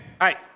Hi